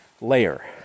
layer